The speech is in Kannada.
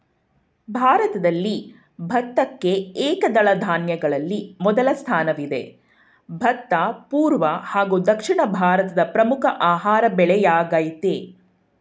ಭಾರತದಲ್ಲಿ ಭತ್ತಕ್ಕೆ ಏಕದಳ ಧಾನ್ಯಗಳಲ್ಲಿ ಮೊದಲ ಸ್ಥಾನವಿದೆ ಭತ್ತ ಪೂರ್ವ ಹಾಗೂ ದಕ್ಷಿಣ ಭಾರತದ ಪ್ರಮುಖ ಆಹಾರ ಬೆಳೆಯಾಗಯ್ತೆ